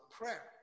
prayer